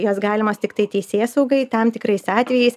jos galimos tiktai teisėsaugai tam tikrais atvejais